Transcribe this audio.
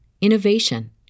innovation